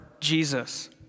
Jesus